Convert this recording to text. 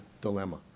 dilemma